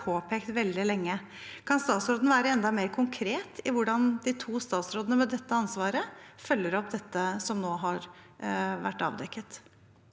Det har vært påpekt veldig lenge. Kan statsråden være enda mer konkret om hvordan de to statsrådene med dette ansvaret følger opp det som nå har vært avdekket?